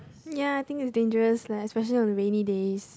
ya I think is dangerous leh especially on rainy days